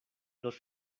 los